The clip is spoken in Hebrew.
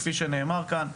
כפי שנאמר כאן,